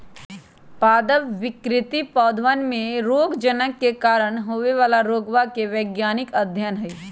पादप विकृति पौधवन में रोगजनक के कारण होवे वाला रोगवा के वैज्ञानिक अध्ययन हई